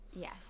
Yes